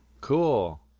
Cool